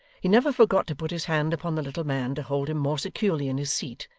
he never forgot to put his hand upon the little man to hold him more securely in his seat,